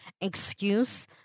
excuse